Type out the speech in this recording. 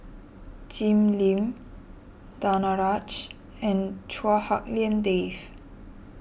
Jim Lim Danaraj and Chua Hak Lien Dave